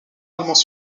allemands